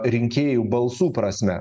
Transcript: rinkėjų balsų prasme